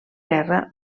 guerra